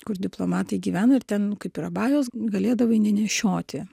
kur diplomatai gyvena ir ten kaip ir abajaus galėdavai nenešioti